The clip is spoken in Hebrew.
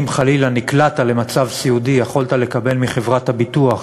אם חלילה נקלעת למצב סיעודי יכולת לקבל מחברת הביטוח